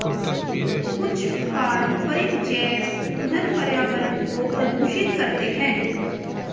कुछ पारंपरिक जैव ईंधन पर्यावरण को प्रदूषित करते हैं